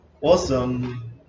Awesome